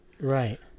Right